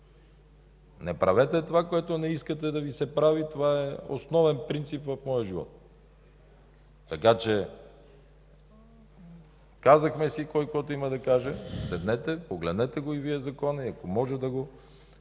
Не правете това, което не искате да Ви се прави – това е основен принцип в моя живот. Така че казахме си кой, каквото има да каже, седнете, погледнете и Вие закона и ако може да се